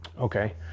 Okay